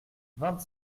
vingt